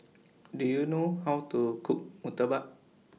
Do YOU know How to Cook Murtabak